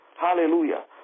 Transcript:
Hallelujah